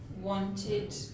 wanted